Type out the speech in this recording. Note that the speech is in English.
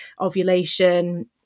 ovulation